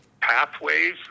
pathways